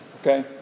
Okay